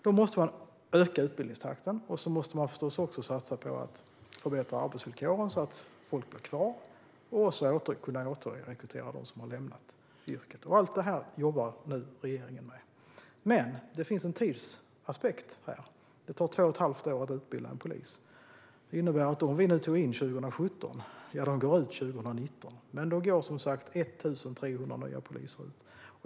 Då måste utbildningstakten öka. Man måste förstås också satsa på att förbättra arbetsvillkoren, så att folk blir kvar. Och man måste kunna återrekrytera dem som har lämnat yrket. Allt det jobbar nu regeringen med. Det finns dock en tidsaspekt här. Det tar två och ett halvt år att utbilda en polis. Det innebär att de som vi tog in kommer att gå ut 2019. Men då går som sagt 1 300 nya poliser ut.